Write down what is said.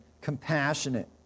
compassionate